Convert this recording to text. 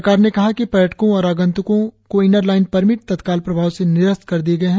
सरकार ने कहा है कि पर्यटकों और आगन्त्कों को इनरलाइन परमिट तत्काल प्रभाव से निरस्त कर दिये गये हैं